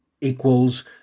equals